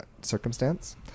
circumstance